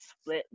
split